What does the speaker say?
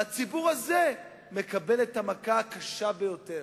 והציבור הזה מקבל את המכה הקשה ביותר.